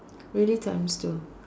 really times two